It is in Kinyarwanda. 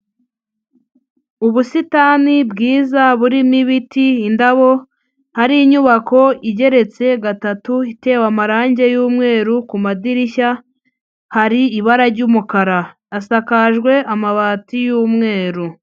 Ubusitani bwiza burimo ibiti, indabo hari inyubako igeretse gatatu, itewe amarange y'umweru, ku madirishya hari ibara ry'umukara, hasakajwe amabati y'umweru.